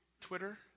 Twitter